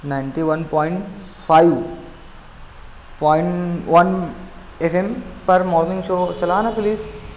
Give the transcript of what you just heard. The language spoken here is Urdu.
ninety one point five point one F M پر مارننگ شو چلانا پلیز